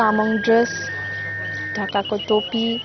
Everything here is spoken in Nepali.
तामाङ ड्रेस ढाकाको टोपी